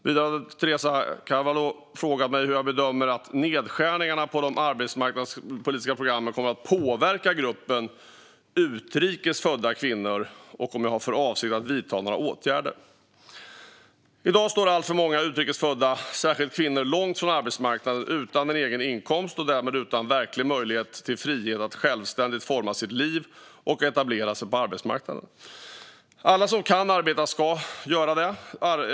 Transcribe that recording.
Vidare har Teresa Carvalho frågat mig hur jag bedömer att nedskärningarna på de arbetsmarknadspolitiska programmen kommer att påverka gruppen utrikes födda kvinnor och om jag har för avsikt att vidta några åtgärder. I dag står alltför många utrikes födda, särskilt kvinnor, långt från arbetsmarknaden, utan en egen inkomst och därmed utan verklig möjlighet till frihet att självständigt forma sitt liv och etablera sig på arbetsmarknaden. Alla som kan arbeta ska göra det.